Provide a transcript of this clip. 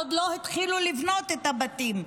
עוד לא התחילו לבנות את הבתים.